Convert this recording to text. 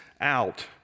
out